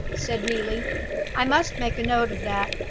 said neelie i must make a note of that.